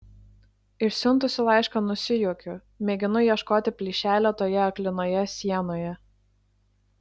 išsiuntusi laišką nusijuokiu mėginu ieškoti plyšelio toje aklinoje sienoje